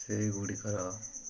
ସେହିଗୁଡ଼ିକର